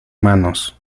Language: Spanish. manos